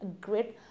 great